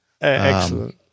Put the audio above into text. Excellent